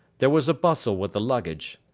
there was a bustle with the luggage.